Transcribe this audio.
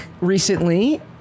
recently